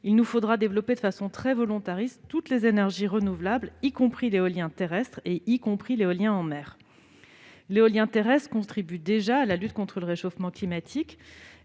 il nous faudra développer de façon très volontariste toutes les énergies renouvelables, y compris l'éolien terrestre et l'éolien en mer. L'éolien terrestre contribue déjà à la lutte contre le réchauffement climatique.